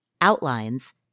outlines